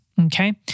Okay